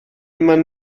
man